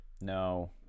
no